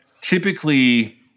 typically